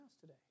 today